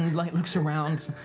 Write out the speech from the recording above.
like looks around.